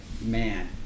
Man